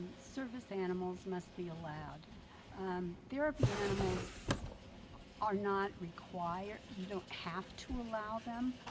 service animals must be allowed therapy animals are not required you don't have to allow them